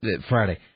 Friday